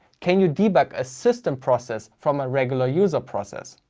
can you debug a system process from a regular user process?